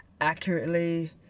accurately